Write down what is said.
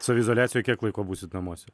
saviizoliacijoj kiek laiko būsit namuose